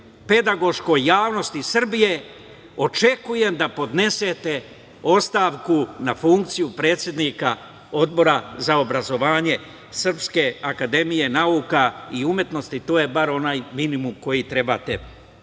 pedagoškoj javnosti Srbije, očekujem da podnesete ostavku na funkciju predsednika Odbora za obrazovanje Srpske akademije nauka i umetnosti. To je bar onaj minimum koji trebate učiniti. Kada